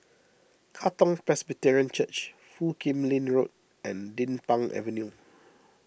Katong Presbyterian Church Foo Kim Lin Road and Din Pang Avenue